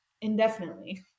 indefinitely